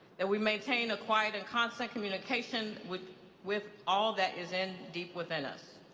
that we maintain a quiet and constant communication with with all that is in deep within us.